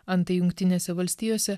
antai jungtinėse valstijose